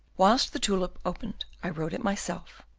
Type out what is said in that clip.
whilst the tulip opened i wrote it myself,